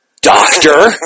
doctor